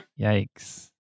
Yikes